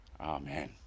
Amen